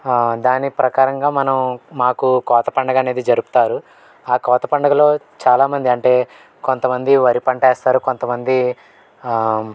దాని ప్రకారంగా మనం మాకు కోత పండుగనేది జరుపుతారు కోత పండుగలో చాలామంది అంటే కొంతమంది వరి పంటేస్తారు కొంతమంది